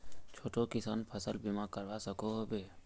छोटो किसान फसल बीमा करवा सकोहो होबे?